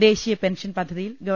ദേശീയ പെൻഷൻ പദ്ധതിയിൽ ഗ്രവ